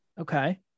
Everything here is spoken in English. okay